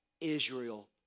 Israel